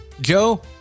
Joe